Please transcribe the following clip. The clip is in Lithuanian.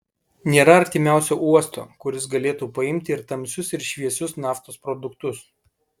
nėra artimiausio uosto kuris galėtų paimti ir tamsius ir šviesius naftos produktus